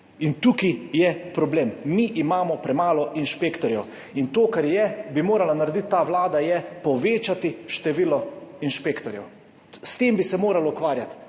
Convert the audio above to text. in tukaj je problem, mi imamo premalo inšpektorjev. To, kar bi morala narediti ta vlada, je povečati število inšpektorjev. S tem bi se morali ukvarjati,